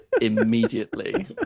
immediately